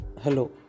Hello